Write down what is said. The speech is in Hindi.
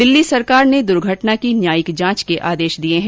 दिल्ली सरकार ने दूर्घटना की न्यायिक जांच के आदेश दिए हैं